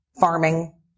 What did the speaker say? farming